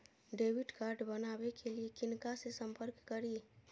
Debit card बनावे के लिए किनका से संपर्क करी?